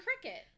cricket